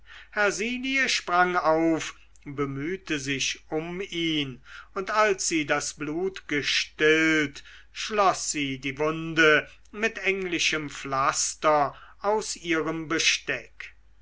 hersilie sprang auf bemühte sich um ihn und als sie das blut gestillt schloß sie die wunde mit englischem pflaster aus ihrem besteck